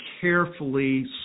carefully